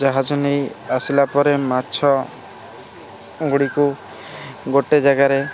ଜାହାଜ ନେଇ ଆସିଲାପରେ ମାଛ ଗୁଡ଼ିକୁ ଗୋଟିଏ ଜାଗାରେ ଗୋଟିଏ ଜାଗାରେ